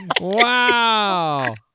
Wow